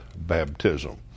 baptism